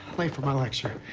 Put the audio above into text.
late for my lecture. oh.